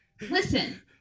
listen